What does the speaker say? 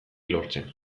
lortzen